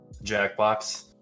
Jackbox